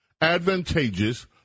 advantageous